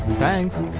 thanks